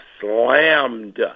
slammed